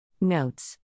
Notes